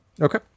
Okay